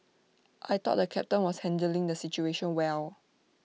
I thought the captain was handling the situation well